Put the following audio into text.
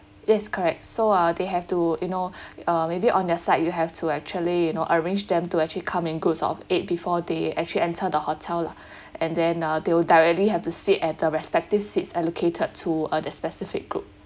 yes correct so uh they have to you know uh maybe on your side you have to actually you know arrange them to actually come in groups of eight before they actually enter the hotel lah and then uh they'll directly have to sit at the respective seats allocated to uh their specific group